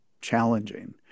challenging